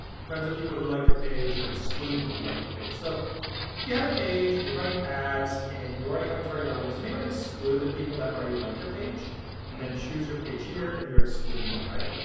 friends of people who like your page or exclude people who like your page. so if you have a page and you're running ads and you already have a target audience you may want to exclude the people that already like your page and then choose your page here and you're excluding them, right?